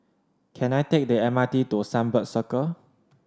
can I take the M R T to Sunbird Circle